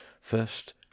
first